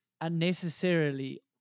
unnecessarily